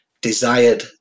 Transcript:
desired